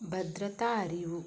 ಭದ್ರತಾ ಅರಿವು